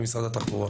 ממשרד התחבורה.